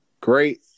great